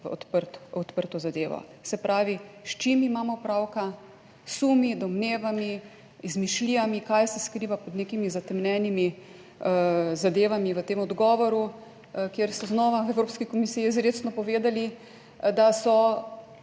odprto zadevo. Se pravi, s čim imamo opravka? S sumi, domnevami, izmišljijami, kaj se skriva pod nekimi zatemnjenimi zadevami v tem odgovoru, kjer so znova v Evropski komisiji izrecno povedali, da so